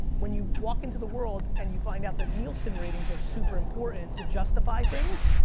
when you walk into the world and you find out the nielsen ratings are super important to justify things,